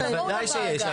בוודאי שיש.